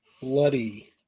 bloody